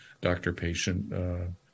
doctor-patient